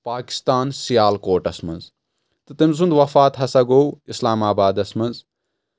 پاکِستان سِیالکوٹس منٛز تہٕ تٔمۍ سُنٛد وفات ہسا گوٚو اَسلاما آبادس منٛز